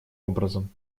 образом